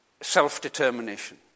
self-determination